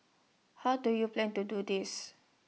how do you plan to do this